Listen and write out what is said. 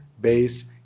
based